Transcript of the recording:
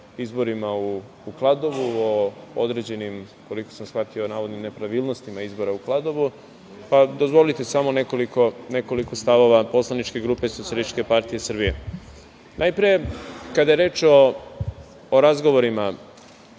izborima u Kladovu, o određenim, koliko sam shvatio, navodnim nepravilnostima izbora u Kladovu, pa dozvolite samo nekoliko stavova poslaničke grupe SPS.Najpre, kada je reč o razgovorima